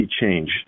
change